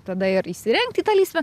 tada ir įsirengt į tą lysvę